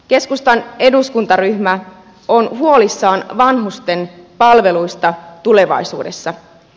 keskustan eduskuntaryhmä on huolissaan vanhustenpalveluista tulevaisuudessa